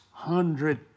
hundred